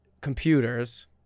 computers